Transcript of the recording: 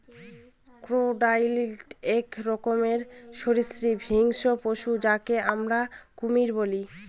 crocodile এক রকমের সরীসৃপ হিংস্র পশু যাকে আমরা কুমির বলি